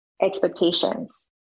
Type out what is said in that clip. expectations